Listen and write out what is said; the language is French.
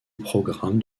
programme